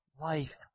life